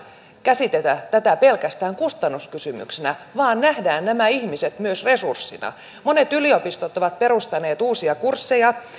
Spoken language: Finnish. käsitetä tätä pelkästään kustannuskysymyksenä vaan nähdään nämä ihmiset myös resurssina monet yliopistot ovat perustaneet uusia kursseja